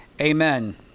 amen